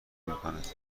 میکند